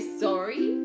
sorry